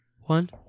one